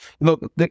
look